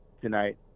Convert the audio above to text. tonight